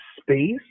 space